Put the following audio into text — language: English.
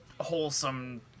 wholesome